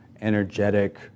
energetic